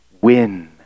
win